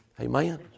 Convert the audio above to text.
Amen